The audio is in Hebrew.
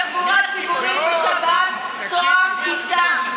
תחבורה ציבורית בשבת סוע תיסע.